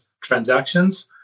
transactions